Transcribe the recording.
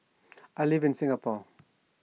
I live in Singapore